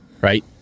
Right